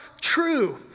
true